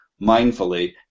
mindfully